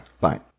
Bye